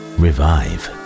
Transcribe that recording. revive